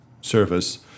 service